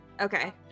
Okay